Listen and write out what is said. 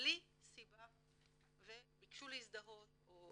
בלי סיבה וביקשו להזדהות או